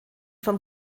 vom